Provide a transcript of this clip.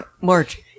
March